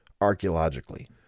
archaeologically